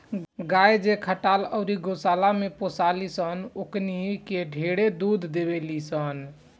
गाय जे खटाल अउरी गौशाला में पोसाली सन ओकनी के ढेरे दूध देवेली सन